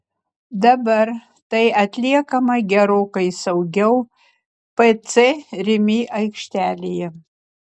dabar tai atliekama gerokai saugiau pc rimi aikštelėje